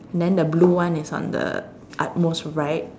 then the blue is on the utmost right